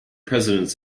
presidents